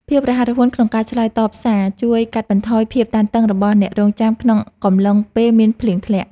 ភាពរហ័សរហួនក្នុងការឆ្លើយតបសារជួយកាត់បន្ថយភាពតានតឹងរបស់អ្នករង់ចាំក្នុងកំឡុងពេលមានភ្លៀងធ្លាក់។